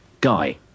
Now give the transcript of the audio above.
Guy